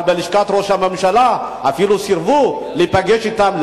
אבל בלשכת ראש הממשלה אפילו סירבו להיפגש אתם.